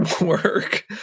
work